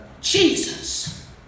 Jesus